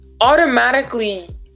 automatically